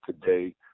today